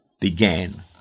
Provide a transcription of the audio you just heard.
began